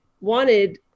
wanted